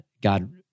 God